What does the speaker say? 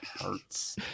hurts